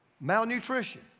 Malnutrition